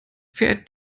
fährt